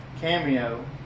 Cameo